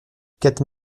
quatre